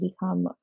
become